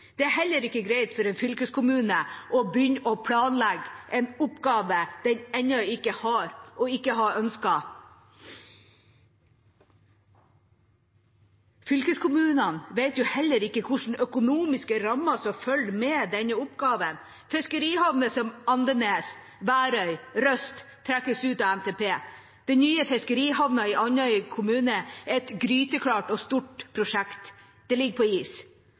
Det er heller ikke greit for en fylkeskommune å begynne å planlegge en oppgave den ennå ikke har, og ikke har ønsket. Fylkeskommunene vet heller ikke hvilke økonomiske rammer som følger med denne oppgaven. Fiskerihavner som Andenes, Værøy og Røst trekkes ut av NTP. Den nye fiskerihavnen i Andøy kommune er et gryteklart og stor prosjekt. Det ligger på is,